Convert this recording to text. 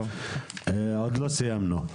עוד לא סיימנו.